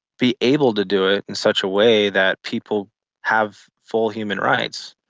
be able to do it in such a way that people have full human rights.